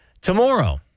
Tomorrow